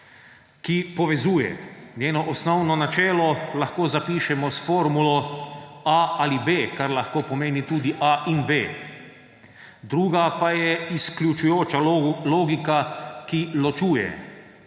ki povezuje. Njeno osnovno načelo lahko zapišemo s formulo a ali b, kar lahko pomeni tudi a in b. Druga pa je izključujoča logika, ki ločuje.